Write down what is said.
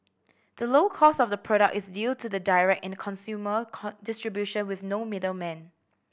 the low cost of the product is due to the direct in consumer con distribution with no middlemen